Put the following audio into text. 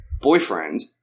boyfriend